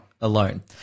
alone